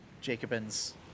Jacobin's